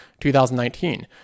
2019